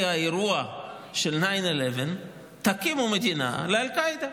האירוע של 11 בספטמבר: תקימו מדינה לאל-קאעידה.